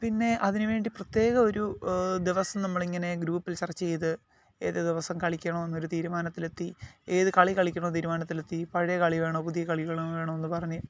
പിന്നെ അതിനുവേണ്ടി പ്രത്യേകം ഒരു ദിവസം നമ്മൾ ഇങ്ങനെ ഗ്രൂപ്പിൽ ചർച്ച ചെയ്ത് ഏത് ദിവസം കളിക്കണമെന്നൊരു തീരുമാനത്തിലെത്തി ഏത് കളി കളിക്കണം എന്ന് തീരുമാനത്തിലെത്തി പഴയ കളി വേണോ പുതിയ കളികൾ വേണോ വേണോ എന്ന് പറഞ്ഞ്